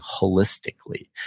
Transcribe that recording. holistically